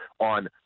on